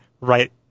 right